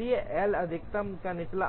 इसलिए कि L अधिकतम का निचला